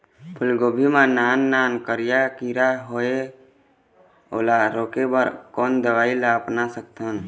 फूलगोभी मा नान नान करिया किरा होयेल ओला रोके बर कोन दवई ला अपना सकथन?